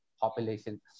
population